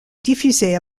diffusée